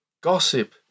gossip